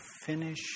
finish